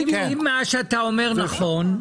אם מה שאתה אומר נכון,